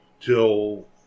till